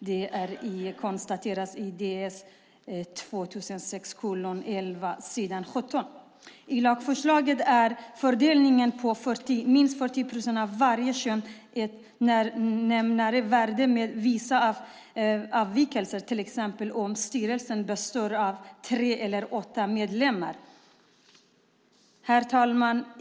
Detta konstateras i Ds 2006:11 s. 17. I lagförslaget är fördelningen på minst 40 procent av varje kön ett närmevärde med vissa avvikelser, till exempel om styrelsen består av tre eller åtta medlemmar.